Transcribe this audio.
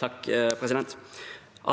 (Sp)